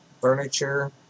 furniture